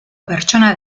pertsona